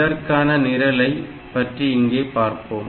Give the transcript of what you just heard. இதற்கான நிரலை பற்றி இங்கே பார்ப்போம்